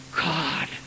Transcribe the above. God